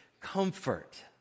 comfort